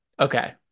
Okay